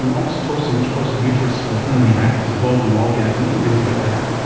and oxytocin, which causes the uterus to contract, is involved in orgasm and things like that,